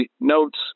notes